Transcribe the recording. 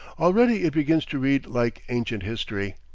already it begins to read like ancient history.